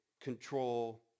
control